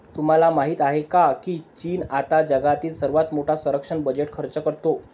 तुम्हाला माहिती आहे का की चीन आता जगातील सर्वात मोठा संरक्षण बजेट खर्च करतो?